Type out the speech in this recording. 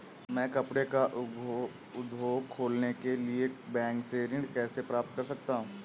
मैं कपड़े का उद्योग खोलने के लिए बैंक से ऋण कैसे प्राप्त कर सकता हूँ?